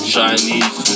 Chinese